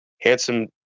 handsome